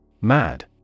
Mad